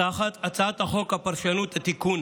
הצעת חוק הפרשנות (תיקון,